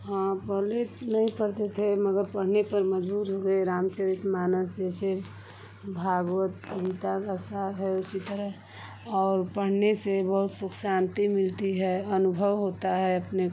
हाँ पहले तो नहीं पढ़ते थे मगर पढ़ने पर मजबूर हुए रामचरितमानस जैसे भागवत गीता का सार है उसी तरह और पढ़ने से बहुत सुख शांति मिलती है अनुभव होता है अपने